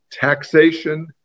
taxation